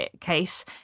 case